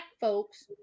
folks